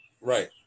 Right